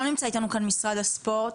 לא נמצא איתנו כאן משרד הספורט.